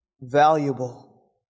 valuable